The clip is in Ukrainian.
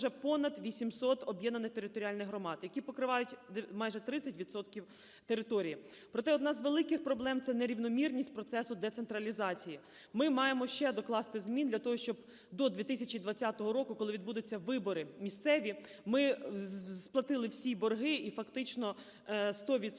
вже понад 800 об'єднаних територіальних громад, які покривають майже 30 відсотків території. Проте одна з великих проблем – це нерівномірність процесу децентралізації. Ми маємо ще докласти змін для того, щоб до 2020 року, коли відбудуться вибори місцеві, ми сплатили всі борги і фактично 100